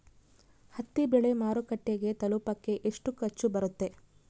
ಹತ್ತಿ ಬೆಳೆ ಮಾರುಕಟ್ಟೆಗೆ ತಲುಪಕೆ ಎಷ್ಟು ಖರ್ಚು ಬರುತ್ತೆ?